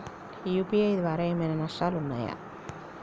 UPI ద్వారా ఏమైనా నష్టాలు ఉన్నయా?